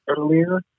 earlier